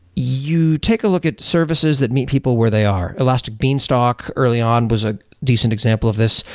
you take a look at services that meet people where they are. elastic beanstalk early on was a decent example of this.